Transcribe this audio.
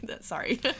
Sorry